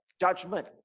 judgment